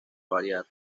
variar